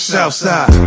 Southside